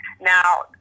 now